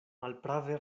malprave